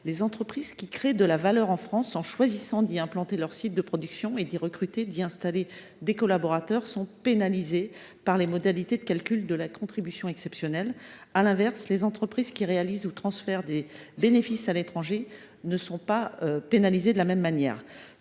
les entreprises qui créent de la valeur en France en choisissant d’y implanter leurs sites de production, d’y recruter et d’y installer leurs collaborateurs sont pénalisées par les modalités de calcul de la contribution exceptionnelle, à l’inverse des entreprises qui réalisent ou transfèrent leurs bénéfices à l’étranger. Concrètement, le coût d’un bien